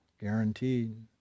guaranteed